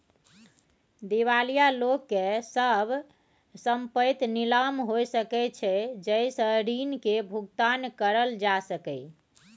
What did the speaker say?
दिवालिया लोक के सब संपइत नीलाम हो सकइ छइ जइ से ऋण के भुगतान करल जा सकइ